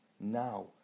now